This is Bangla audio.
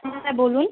হ্যাঁ বলুন